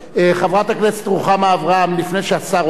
חברת הכנסת רוחמה אברהם, לפני שהשר עולה.